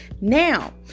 Now